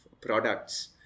products